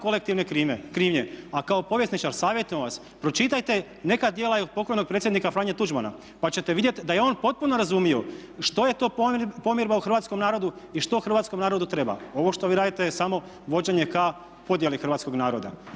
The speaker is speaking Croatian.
kolektivne krivnje. A kao povjesničar, savjetujem vas, pročitajte neka djela i od pokojnog predsjednika Franje Tuđmana pa ćete vidjeti da je on potpuno razumio što je to pomirba u hrvatskom narodu i što hrvatskom narodu treba. Ovo što vi radite je samo vođenje kao podjeli hrvatskoga naroda.